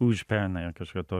užpernai ar kažkas to